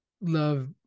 love